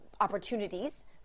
opportunities